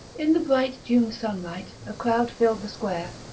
in the bright june sunlight a crowd filled the square,